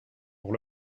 pour